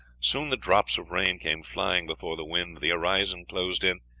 soon the drops of rain came flying before the wind, the horizon closed in,